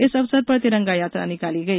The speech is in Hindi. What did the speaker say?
इस अवसर पर तिरंगा यात्रा निकाली गई